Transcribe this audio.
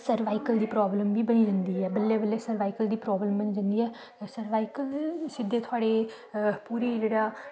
cervical दी problem बी बनी जंदी ऐ बल्लें बल्लें सरवाईकल दी प्रॉब्लम बनी जंदी ऐ ते सरवाईकल बी सिद्धे थुआढ़े जेह्ड़ा